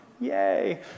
Yay